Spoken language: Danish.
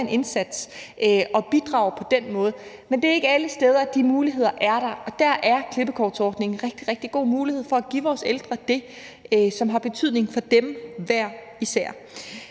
en indsats og bidrager på den måde. Men det er ikke alle steder, at de muligheder er der, og der er klippekortsordningen en rigtig, rigtig god mulighed for at give vores ældre det, som har betydning for dem hver især.